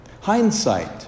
Hindsight